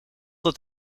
dat